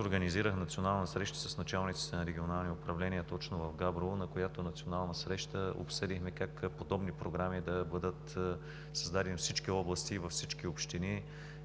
Организирах национална среща с началниците на регионални управления точно в Габрово, на която среща обсъдихме как подобни програми да бъдат създадени във всички области и във всички общини